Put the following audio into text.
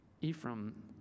Ephraim